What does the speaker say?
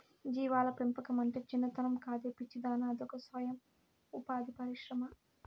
జీవాల పెంపకమంటే చిన్నతనం కాదే పిచ్చిదానా అదొక సొయం ఉపాధి పరిశ్రమ